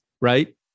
right